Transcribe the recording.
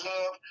Love